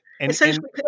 Essentially